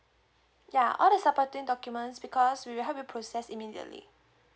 ya all the supporting documents because we will have to process immediately